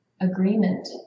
agreement